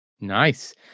Nice